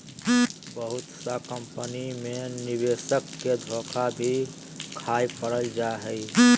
बहुत सा कम्पनी मे निवेशक के धोखा भी खाय पड़ जा हय